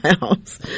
house